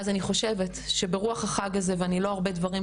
אז אני חושבת שברוח החג הזה ואני לא ארבה בדברים,